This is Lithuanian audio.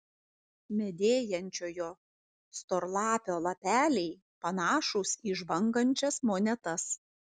medėjančiojo storlapio lapeliai panašūs į žvangančias monetas